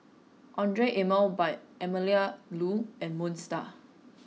Andre Emel by Melinda Looi and Moon Star